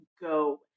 go